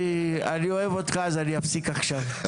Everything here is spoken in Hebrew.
אני אוהב אותך אז אני אפסיק עכשיו.